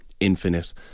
infinite